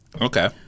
Okay